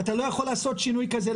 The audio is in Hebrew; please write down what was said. אתה לא יכול לעשות שינוי כזה.